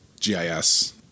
GIS